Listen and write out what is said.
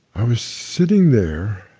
i was sitting there